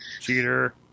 Cheater